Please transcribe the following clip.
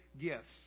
gifts